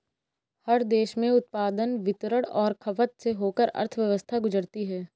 हर देश में उत्पादन वितरण और खपत से होकर अर्थव्यवस्था गुजरती है